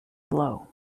blow